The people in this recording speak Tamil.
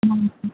ஆமாம்